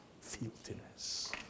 filthiness